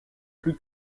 plus